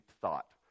thought